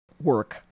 work